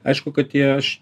aišku kad tie iš